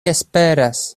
esperas